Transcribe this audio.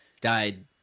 died